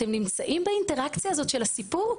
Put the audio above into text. אתם נמצאים באינטראקציה הזאת של הסיפור,